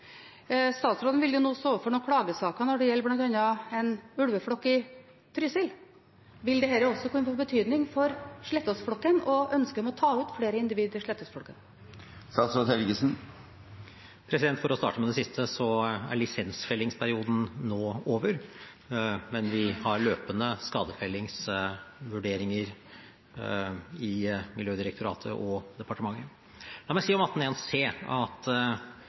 Statsråden vil nå stå overfor noen klagesaker, det gjelder bl.a. en ulveflokk i Trysil. Vil dette også få betydning for Slettås-flokken og ønsket om å ta ut flere individer i Slettås-flokken? For å starte med det siste: Lisensfellingsperioden er nå over, men vi har løpende skadefellingsvurderinger i Miljødirektoratet og i departementet. La meg si om § 18 første ledd bokstav c at